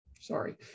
sorry